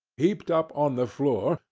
heaped up on the floor,